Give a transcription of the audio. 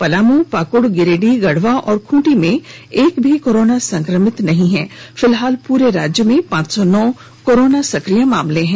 पलाम पाकड गिरिडीहगढवा और खुंटी में एक भी कोरोना संक्रमित नहीं है फिलहाल प्रे राज्य में पांच सौ नौ कोरोना सक्रिय मामले हैं